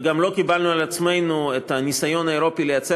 וגם לא קיבלנו על עצמנו את הניסיון האירופי לייצר